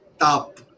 top